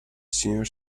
senior